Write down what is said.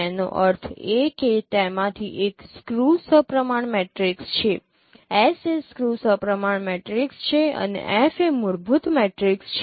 તેનો અર્થ એ કે તેમાંથી એક સ્ક્યૂ સપ્રમાણ મેટ્રિક્સ છે S એ સ્ક્યૂ સપ્રમાણ મેટ્રિક્સ છે અને F એ મૂળભૂત મેટ્રિક્સ છે